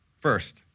first